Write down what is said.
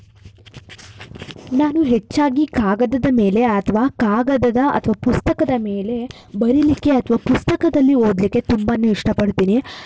ನಾನು ಹೆಚ್ಚಾಗಿ ಕಾಗದದ ಮೇಲೆ ಅಥವಾ ಕಾಗದದ ಅಥವಾ ಪುಸ್ತಕದ ಮೇಲೆ ಬರೀಲಿಕ್ಕೆ ಅಥವಾ ಪುಸ್ತಕದಲ್ಲಿ ಓದಲಿಕ್ಕೆ ತುಂಬಾ ಇಷ್ಟಪಡ್ತೀನಿ